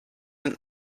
den